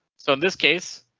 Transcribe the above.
so in this case,